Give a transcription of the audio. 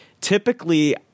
typically